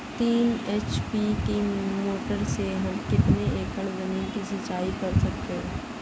तीन एच.पी की मोटर से हम कितनी एकड़ ज़मीन की सिंचाई कर सकते हैं?